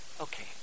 Okay